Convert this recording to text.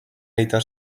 aita